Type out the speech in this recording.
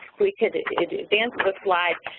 we could advance the slides.